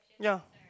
ya